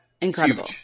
incredible